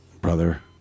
brother